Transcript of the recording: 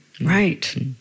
Right